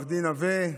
לעו"ד נוה,